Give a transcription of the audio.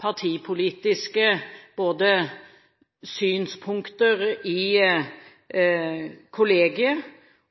partipolitiske synspunkter i kollegiet